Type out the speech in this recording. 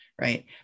right